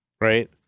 right